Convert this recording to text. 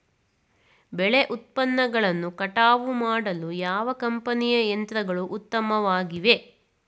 ಬೆಳೆ ಉತ್ಪನ್ನಗಳನ್ನು ಕಟಾವು ಮಾಡಲು ಯಾವ ಕಂಪನಿಯ ಯಂತ್ರಗಳು ಉತ್ತಮವಾಗಿವೆ?